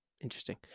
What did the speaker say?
interesting